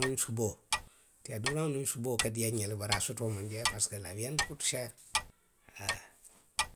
Aniŋ suboo, tiya duuraŋo niŋ suboo ka diiyaa nňe le bari a sotoo maŋ diiyaa parisiko la wiyaandi kuti seeri, haa,.